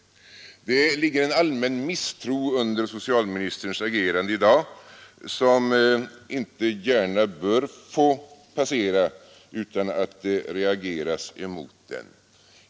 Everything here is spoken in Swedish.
Det ligger en allmän misstro under socialministerns agerande i dag som inte gärna bör få passera utan att det reageras mot den.